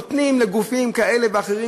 נותנים לגופים כאלה ואחרים,